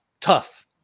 tough